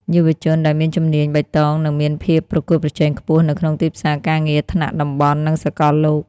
យុវជនដែលមានជំនាញបៃតងនឹងមានភាពប្រកួតប្រជែងខ្ពស់នៅក្នុងទីផ្សារការងារថ្នាក់តំបន់និងសកលលោក។